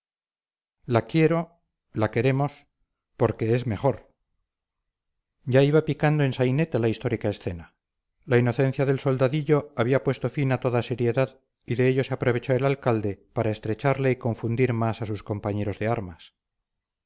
la quiero la queremos porque es mejor ya iba picando en sainete la histórica escena la inocencia del soldadillo había puesto fin a toda seriedad y de ello se aprovechó el alcalde para estrecharle y confundir más a sus compañeros de armas